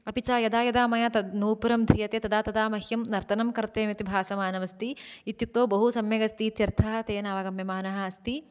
अपि च यदा यदा मया तन्नूपुरं ध्रीयते तदा तदा मह्यं नर्तनं कर्तव्यमिति भासमानमस्ति इत्युक्तौ बहु सम्यगस्तीतित्यर्थः तेन अवगम्यमानः अस्ति